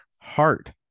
heart